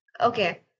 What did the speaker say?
Okay